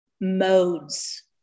modes